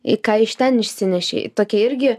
i ką iš ten išsinešei tokia irgi